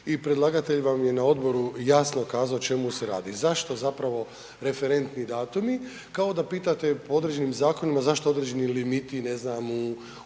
i predlagatelj vam je na odboru jasno kazao o čemu se radi, zašto zapravo referentni datumi, kao da pitate po određenim zakonima zašto određeni određeni limiti, ne znam, u,